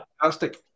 fantastic